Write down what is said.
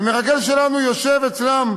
ומרגל שלנו יושב אצלם,